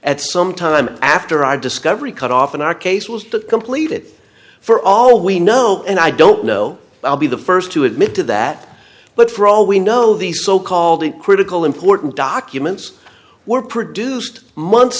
at some time after our discovery cut off in our case was to complete it for all we know and i don't know i'll be the first to admit to that but for all we know these so called critical important documents were produced months